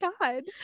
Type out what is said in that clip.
god